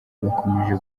bakomeje